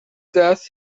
death